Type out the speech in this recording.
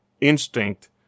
instinct